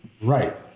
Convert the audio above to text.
Right